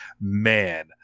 man